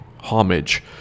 homage